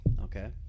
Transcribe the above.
Okay